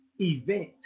event